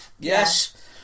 Yes